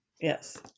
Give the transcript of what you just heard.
Yes